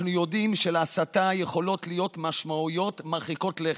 אנחנו יודעים שלהסתה יכולות להיות משמעויות מרחיקות לכת.